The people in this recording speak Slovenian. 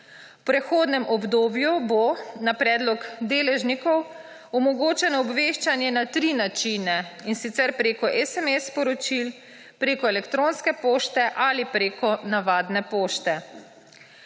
V prehodnem obdobju bo na predlog deležnikov omogočeno obveščanje na tri načine, in sicer prek SMS sporočil, prek elektronske pošte ali prek navadne pošte.